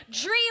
dream